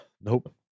Nope